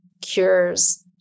cures